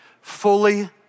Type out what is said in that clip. fully